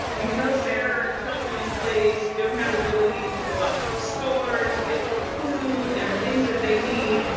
because they're sheltering and in place, don't have the ability to go out to the store to get food and the things that they need,